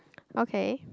okay